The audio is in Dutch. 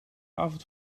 avond